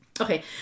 Okay